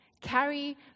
carry